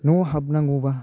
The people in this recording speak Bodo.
न'आव हाबनांगौबा